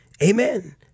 Amen